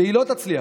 והיא לא תצליח,